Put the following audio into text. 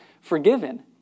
forgiven